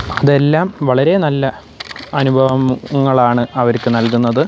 അതെല്ലാം വളരെ നല്ല അനുഭവങ്ങളാണ് അവർക്ക് നൽകുന്നത്